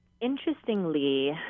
Interestingly